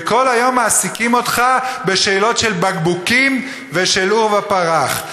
וכל היום מעסיקים אותך בשאלות של בקבוקים ושל עורבא פרח.